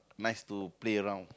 nice to play around